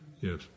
Yes